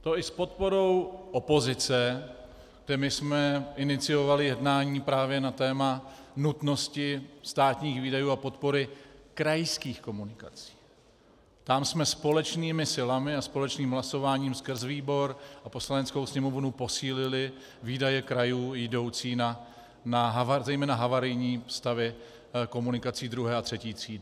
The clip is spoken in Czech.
To i s podporou opozice, kdy my jsme iniciovali jednání právě na téma nutnosti státních výdajů a podpory krajských komunikací, tam jsme společnými silami a společným hlasováním skrz výbor a Poslaneckou sněmovnu posílili výdaje krajů jdoucí zejména na havarijní stavy komunikací druhé a třetí třídy.